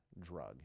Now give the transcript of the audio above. drug